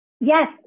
Yes